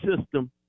system